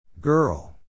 Girl